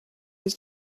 his